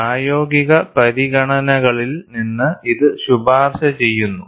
പ്രായോഗിക പരിഗണനകളിൽ നിന്ന് ഇത് ശുപാർശ ചെയ്യുന്നു